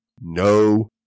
No